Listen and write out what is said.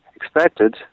expected